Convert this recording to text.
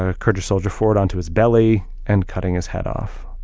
ah kurdish soldier forward onto his belly and cutting his head off.